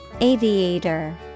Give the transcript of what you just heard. Aviator